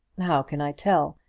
how can i tell?